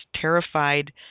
terrified